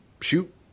shoot